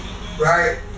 Right